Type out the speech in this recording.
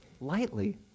lightly